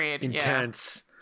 intense